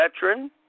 veteran